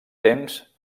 temps